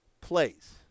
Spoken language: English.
plays